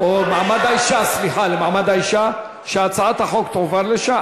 שההצעה לסדר-היום תועבר לשם?